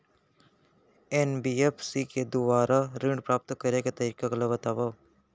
NBFC के दुवारा ऋण प्राप्त करे के तरीका ल बतावव?